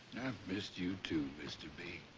missed you too, mr. b.